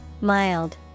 Mild